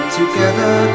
together